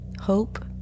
hope